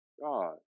God